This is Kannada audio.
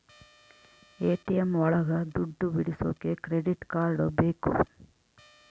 ಎ.ಟಿ.ಎಂ ಒಳಗ ದುಡ್ಡು ಬಿಡಿಸೋಕೆ ಕ್ರೆಡಿಟ್ ಕಾರ್ಡ್ ಬೇಕು